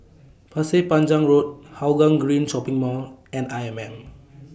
Pasir Panjang Road Hougang Green Shopping Mall and I M M